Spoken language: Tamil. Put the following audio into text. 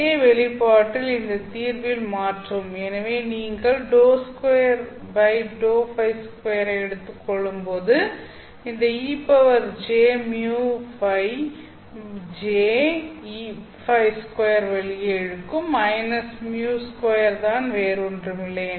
இந்த வெளிப்பாட்டில் இந்த தீர்வில் மாற்றவும் எனவே நீங்கள் ஐ எடுத்துக் கொள்ளும்போது இந்த ejμφ j φ2 ஐ வெளியே இழுக்கும் -μ2 தான் வேறு ஒன்றுமில்லை